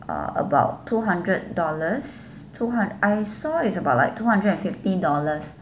uh about two hundred dollars two hund~ I saw is about like two hundred and fifty dollars